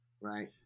Right